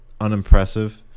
unimpressive